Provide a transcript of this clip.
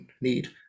need